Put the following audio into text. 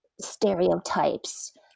stereotypes